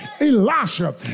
Elisha